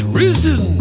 risen